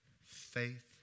Faith